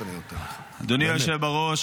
אדוני היושב בראש,